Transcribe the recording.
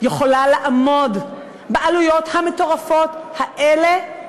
יכולה לעמוד בעלויות המטורפות האלה,